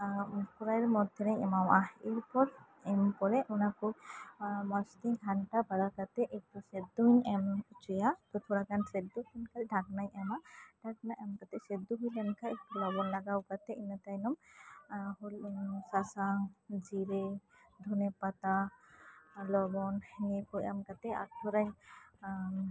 ᱠᱚᱬᱟᱭ ᱢᱚᱫᱷᱮ ᱨᱮᱧ ᱮᱢᱟᱣᱟᱜᱼᱟ ᱮᱨᱯᱚᱨ ᱤᱟᱱᱹᱯᱚᱨᱮ ᱚᱱᱟᱠᱩ ᱢᱚᱡᱽ ᱛᱮᱧ ᱜᱷᱟᱱᱴᱟ ᱵᱟᱲᱟ ᱠᱟᱛᱮᱫ ᱮᱠᱴᱩ ᱥᱮᱫᱚᱧᱚᱜ ᱩᱪᱩᱭᱟ ᱚᱱᱟ ᱥᱮᱫᱚ ᱞᱮᱱᱠᱷᱟᱱ ᱰᱷᱟᱠᱱᱟᱧ ᱮᱢᱟᱜᱼᱟ ᱰᱷᱟᱠᱱᱟ ᱮᱢᱠᱟᱛᱮᱫ ᱥᱮᱫᱚ ᱦᱩᱭ ᱞᱮᱱᱠᱷᱟᱡ ᱞᱚᱵᱚᱱ ᱞᱟᱜᱟᱣ ᱠᱟᱛᱮᱫ ᱤᱱᱟᱹ ᱛᱟᱭᱱᱚᱢ ᱥᱟᱥᱟᱝ ᱡᱤᱨᱮ ᱫᱷᱚᱱᱮ ᱯᱟᱛᱟ ᱞᱚᱵᱚᱱ ᱱᱤᱭᱟᱹᱠᱩ ᱮᱢ ᱠᱟᱛᱮᱫ ᱟᱨᱛᱷᱚᱲᱟᱧ